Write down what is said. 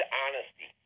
honesty